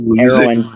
Heroin